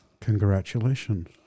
Congratulations